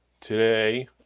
today